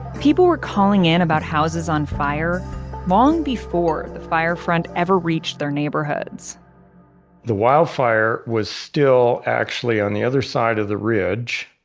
people were calling in about houses on fire long before the fire front ever reached their neighborhoods the wildfire was still actually on the other side of the ridge,